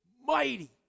mighty